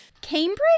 Cambridge